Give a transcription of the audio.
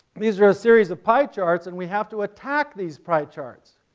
these are a series of pie charts and we have to attack these pie charts.